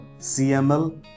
CML